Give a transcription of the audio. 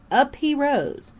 up he rose,